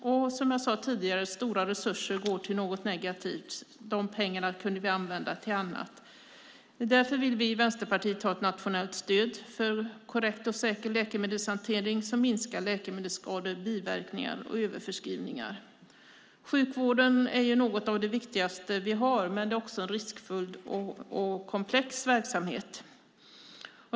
Och, som jag sade tidigare, stora resurser går till något negativt. De pengarna skulle vi kunna använda till annat. Därför vill vi i Vänsterpartiet ha ett nationellt stöd för korrekt och säker läkemedelshantering, som minskar läkemedelsskador, biverkningar och överförskrivningar. Sjukvården är något av det viktigaste vi har, men det är också en riskfylld och komplex verksamhet.